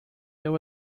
there